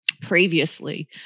previously